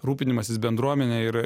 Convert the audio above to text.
rūpinimasis bendruomene ir